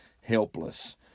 helpless